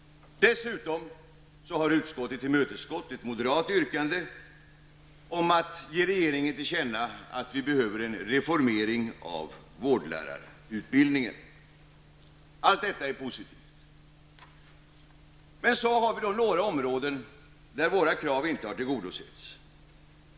Dessutom har utskottet tillmötesgått ett moderat yrkande om att ge regeringen till känna att vi behöver en reformering av vårdlärarutbildning. Allt detta är positivt. Men så har vi några områden där våra krav inte har tillgodosetts.